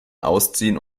ausziehen